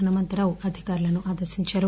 హనుమంతరావు అధికారులను ఆదేశించారు